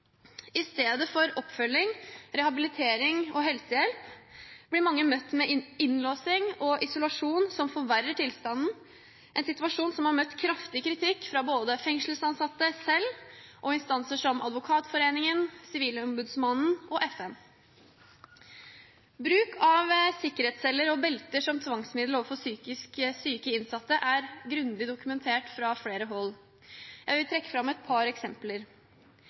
I stedet for oppfølging, rehabilitering og helsehjelp blir mange møtt med innlåsing og isolasjon, noe som forverrer tilstanden, en situasjon som har møtt kraftig kritikk fra både fengselsansatte selv og instanser som Advokatforeningen, Sivilombudsmannen og FN. Bruk av sikkerhetsceller og belter som tvangsmiddel overfor psykisk syke innsatte er grundig dokumentert fra flere hold. Jeg vil trekke fram et par eksempler.